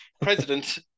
president